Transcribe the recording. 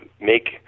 make